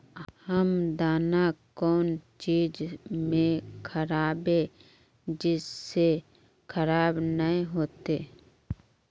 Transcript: हम दाना कौन चीज में राखबे जिससे खराब नय होते?